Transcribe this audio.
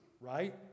right